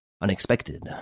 unexpected